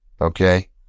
okay